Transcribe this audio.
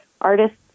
artists